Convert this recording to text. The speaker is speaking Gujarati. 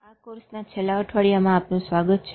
આ કોર્ષના છેલ્લા અઠવાડિયામાં આપનું સ્વાગત છે